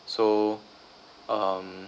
so um